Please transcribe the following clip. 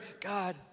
God